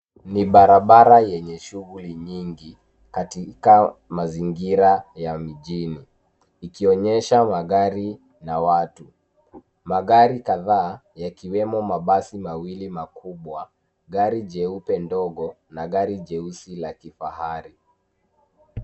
Ni barabara yenye shughuli nyingi katika mazingira ya mijini ikionyesha magari na watu. Magari kadhaa yakiwemo mabasi mawili makubwa, gari jeupe ndogo na gari jeusi la kifahari.